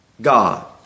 God